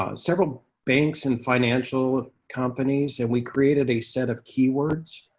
ah several banks and financial companies, and we created a set of keywords.